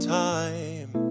time